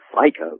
psycho